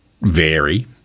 vary